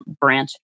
branch